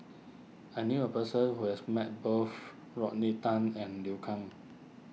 I knew a person who has met both Rodney Tan and Liu Kang